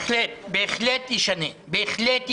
בהחלט ישנה, בהחלט ישנה.